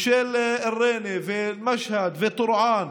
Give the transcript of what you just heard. של ריינה, משהד וטורעאן,